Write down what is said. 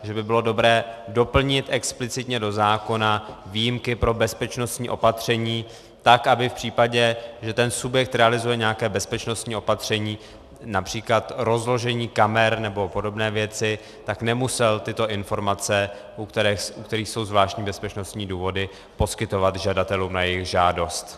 Takže by bylo dobré doplnit explicitně do zákona výjimky pro bezpečnostní opatření tak, aby v případě, že ten subjekt realizuje nějaká bezpečnostní opatření, například rozložení kamer nebo podobné věci, nemusel tyto informace, u kterých jsou zvláštní bezpečnostní důvody, poskytovat žadatelům na jejich žádost.